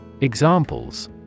Examples